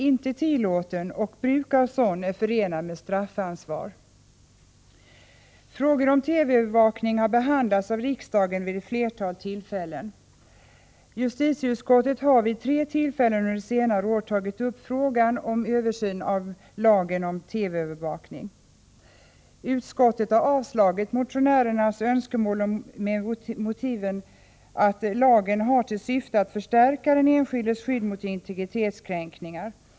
inte tillåten, och bruk av sådan är förenad med straffansvar. Frågor om TV-övervakning har behandlats av riksdagen vid ett flertal tillfällen. Justitieutskottet har vid tre tillfällen under senare år tagit upp frågan om översyn av lagen om TV-övervakning. Utskottet har avstyrkt motionärernas önskemål med motiveringen att lagen har till syfte att förstärka den enskildes skydd mot integritetskränkningar.